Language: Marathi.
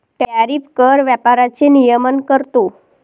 टॅरिफ कर व्यापाराचे नियमन करतो